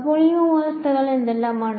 അപ്പോൾ ഈ മൂന്ന് വ്യവസ്ഥകൾ എന്തൊക്കെയാണ്